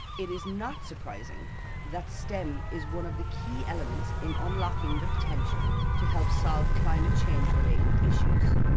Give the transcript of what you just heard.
it is not surprising that stem is one of the key elements in unlocking the potential to help solve climate change related issues.